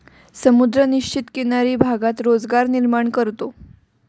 समुद्र निश्चित किनारी भागात रोजगार निर्माण करतो